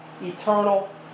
Eternal